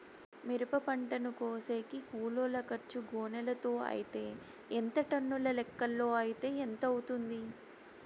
మిరప పంటను కోసేకి కూలోల్ల ఖర్చు గోనెలతో అయితే ఎంత టన్నుల లెక్కలో అయితే ఎంత అవుతుంది?